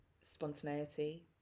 Spontaneity